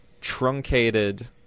truncated